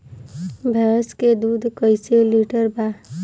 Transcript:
भैंस के दूध कईसे लीटर बा?